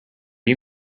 you